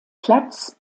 platz